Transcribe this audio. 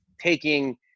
taking